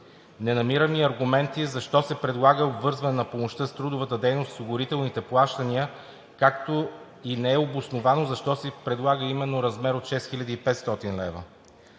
Не намирам и аргументи защо се предлага обвързване на помощта с трудовата дейност, осигурителните плащания, както и не е обосновано защо се предлага именно размер от 6500 лв.